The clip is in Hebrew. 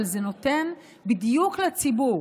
אבל זה נותן בדיוק לציבור